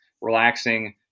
relaxing